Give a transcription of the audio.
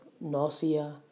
nausea